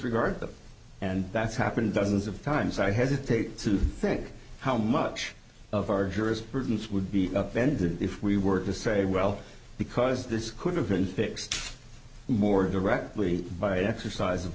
disregard them and that's happened dozens of times i hesitate to think how much of our jurisprudence would be offended if we work to say well because this could have been fixed more directly by an exercise of